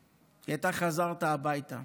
כי אתה חזרת הביתה,